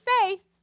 faith